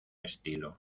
estilo